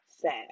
Sad